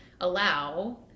allow